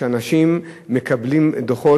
שאנשים מקבלים דוחות,